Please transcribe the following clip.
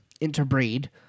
interbreed